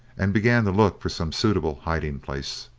and began to look for some suitable hiding place.